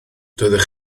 doeddech